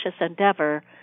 endeavor